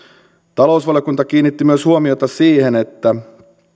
talousvaliokunta kiinnitti huomiota myös siihen että